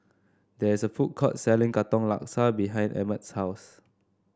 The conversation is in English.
there is a food court selling Katong Laksa behind Emmet's house